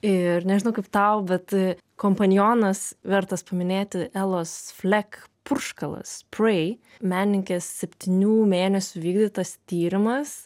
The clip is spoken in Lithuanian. ir nežinau kaip tau bet kompanionas vertas paminėti elos flek purškalas sprei menininkės septynių mėnesių vykdytas tyrimas